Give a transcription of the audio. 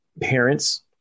parents